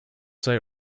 cite